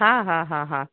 ह हा हा हा